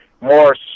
more